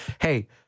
Hey